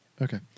Okay